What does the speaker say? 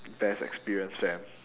best experience fam